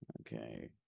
okay